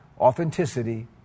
authenticity